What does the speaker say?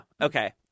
Okay